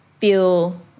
feel